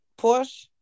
Porsche